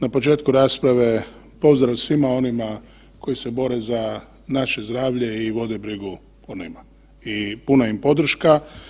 Na početku rasprave pozdrav svima onima koji se bore za naše zdravlje i vode brigu o … [[Govornik se ne razumije]] i puna im podrška.